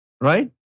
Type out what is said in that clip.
right